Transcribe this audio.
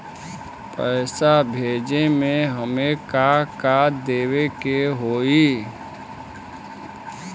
पैसा भेजे में हमे का का देवे के होई?